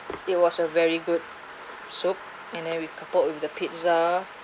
it was a very good soup and then we coupled with the pizza